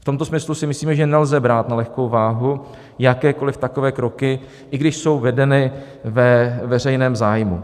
V tomto smyslu si myslíme, že nelze brát na lehkou váhu jakékoliv takové kroky, i když jsou vedeny ve veřejném zájmu.